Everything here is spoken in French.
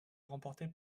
remportée